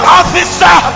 officer